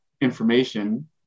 information